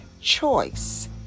choice